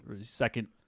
second